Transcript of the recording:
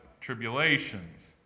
tribulations